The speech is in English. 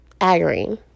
Agarine